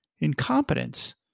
incompetence